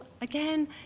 again